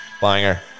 Banger